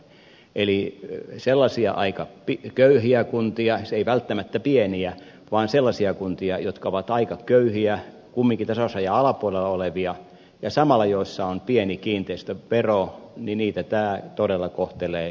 eli sellaisia aika köyhiä kuntia ei välttämättä pieniä vaan sellaisia kuntia jotka ovat aika köyhiä kumminkin tasausrajan alapuolella olevia ja joissa samalla on pieni kiinteistövero niitä tämä todella kohtelee kaltoin